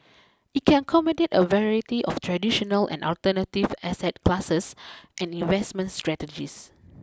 it can accommodate a variety of traditional and alternative asset classes and investment strategies